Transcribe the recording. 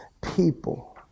people